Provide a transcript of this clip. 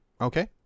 Okay